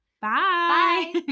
Bye